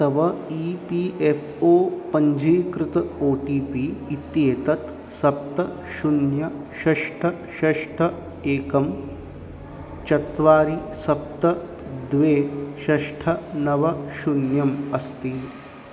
तव E P F O पञ्जीकृत O T P इत्येतत् सप्त शून्यं षट् षट् एकं चत्वारि सप्त द्वे षट् नव शून्यम् अस्ति